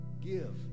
give